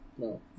no